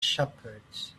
shepherds